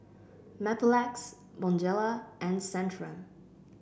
Mepilex Bonjela and Centrum